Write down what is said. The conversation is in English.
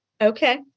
Okay